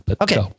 Okay